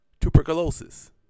Tuberculosis